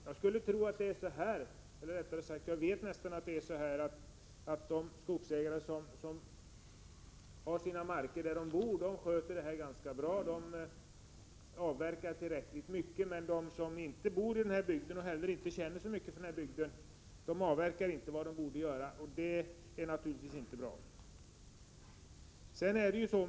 Jag är nästan säker på att de skogsägare som har sina marker där de bor uppfyller detta krav ganska bra. De avverkar tillräckligt mycket. Men de som inte bor i bygden och heller inte känner så mycket för bygden avverkar inte det de borde avverka. Det är naturligtvis inte bra.